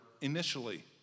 initially